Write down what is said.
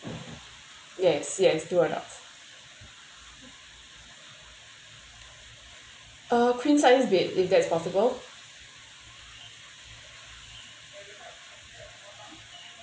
yes yes two adults uh queen size bed is that's possible